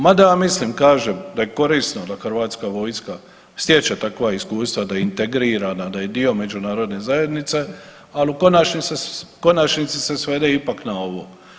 Mada ja mislim, kažem, da je korisno da Hrvatska vojska stječe takva iskustva, da integrira, da je dio međunarodne zajednice, ali u konačnici se svede ipak na ovo.